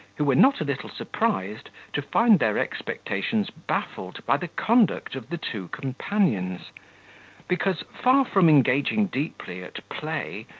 who were not a little surprised to find their expectations baffled by the conduct of the two companions because, far from engaging deeply at play,